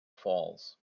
falls